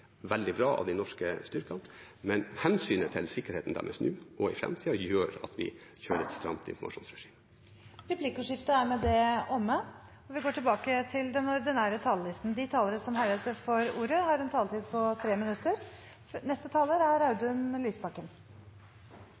veldig bra av de norske styrkene, men hensynet til sikkerheten deres nå og i framtiden gjør at vi kjører et stramt informasjonsregime. Replikkordskiftet er omme. De talere som heretter får ordet, har en taletid på inntil 3 minutter.